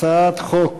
הצעת חוק